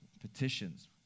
petitions